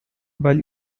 weil